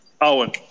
Owen